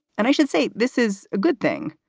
and i should say, this is a good thing,